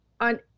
on